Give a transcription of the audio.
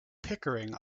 pickering